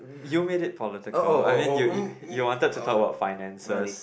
you made it political I mean you you wanted to talk about finances